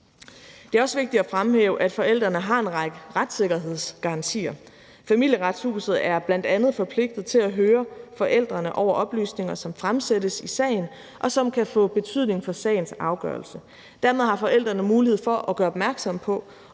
Det er også vigtigt at fremhæve, at forældrene har en række retssikkerhedsgarantier. Familieretshuset er bl.a. forpligtet til at høre forældrene om oplysninger, som fremsættes i sagen, og som kan få betydning for sagens afgørelse. Dermed har forældrene mulighed for at gøre opmærksom på